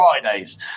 Fridays